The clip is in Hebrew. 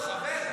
הוא חבר.